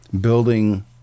building